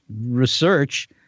research